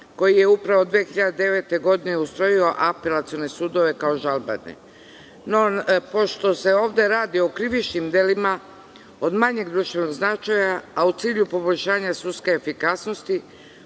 koji je upravo 2009. godine ustrojio apelacione sudove kao žalbene. Pošto se ovde radi o krivičnim delima od manjeg društvenog značaja, a u cilju poboljšanja sudske efikasnosti,